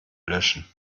löschen